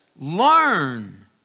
Learn